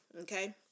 okay